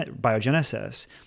biogenesis